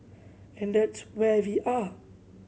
and that's where we are